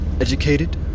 educated